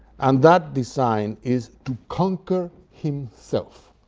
and that design is to conquer himself.